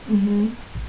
mmhmm